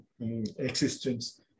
existence